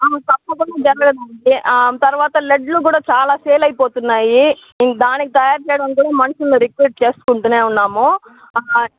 తప్పకుండా తర్వాత లడ్లు కూడా చాలా సేల్ అయిపోతున్నాయి దానికి తయారు చేయడానికి కూడా మనుషులని రిక్రూట్ చేసుకుంటూనే ఉన్నాము